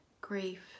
grief